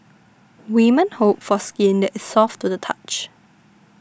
women hope for skin that is soft to the touch